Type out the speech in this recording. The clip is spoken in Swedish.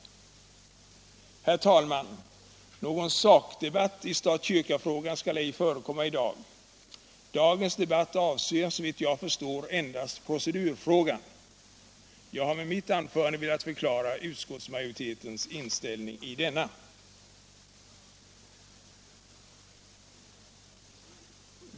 Herr talman! Någon sakdebatt i stat-kyrka-frågan skall ej förekomma i dag. Dagens debatt avser såvitt jag förstår endast procedurfrågan. Jag har med mitt anförande velat förklara utskottsmajoritetens inställning i denna.